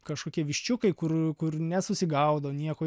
kažkokie viščiukai kur kur nesusigaudo nieko